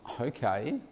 okay